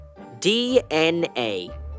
DNA